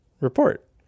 report